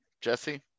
Jesse